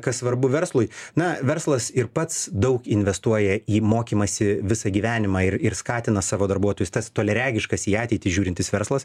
kas svarbu verslui na verslas ir pats daug investuoja į mokymąsi visą gyvenimą ir ir skatina savo darbuotojus tas toliaregiškas į ateitį žiūrintis verslas